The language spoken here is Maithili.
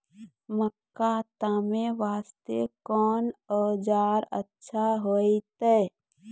मक्का तामे वास्ते कोंन औजार अच्छा होइतै?